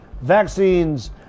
vaccines